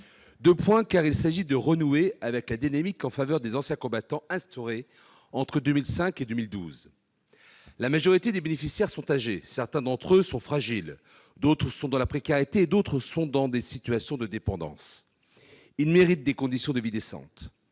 Deux points, car il s'agit de renouer avec la dynamique en faveur des anciens combattants instaurée entre 2005 et 2012. La majorité des bénéficiaires sont âgés, certains d'entre eux sont fragiles, d'autres sont dans la précarité et d'autres encore sont dans des situations de dépendance. Ils méritent des conditions de vie décentes.